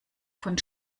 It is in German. von